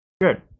Good